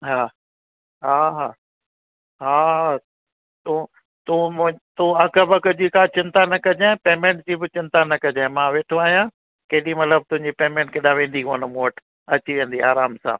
हा हा हा हा तूं तूं मु तूं अघु ॿघ जी चिंता न कजांइ पेमेंट जी बि चिंता न कजांइ मां वेठो आहियां केॾीमहिल बि तुंहिंजी पेमेंट केॾा वेंदी कोन मूं वटि अची वेंदी आराम सां